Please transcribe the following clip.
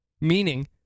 meaning